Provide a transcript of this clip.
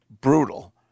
brutal